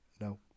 No